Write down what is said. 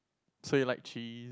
so you like cheese